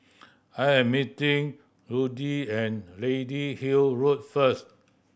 I am meeting Ludie and Lady Hill Road first